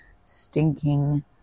stinking